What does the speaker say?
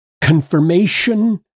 confirmation